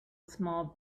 small